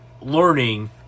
learning